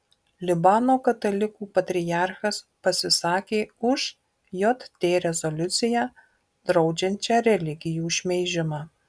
libano katalikų patriarchas pasisakė už jt rezoliuciją draudžiančią religijų šmeižimą